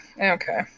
Okay